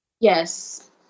Yes